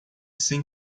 sem